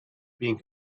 being